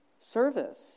service